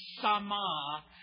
sama